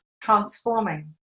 transforming